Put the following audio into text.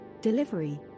Delivery